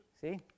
See